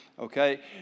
Okay